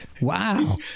Wow